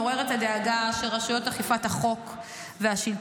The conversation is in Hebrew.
מעוררת הדאגה של רשויות אכיפת החוק והשלטון.